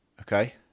Okay